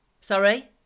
Sorry